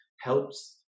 helps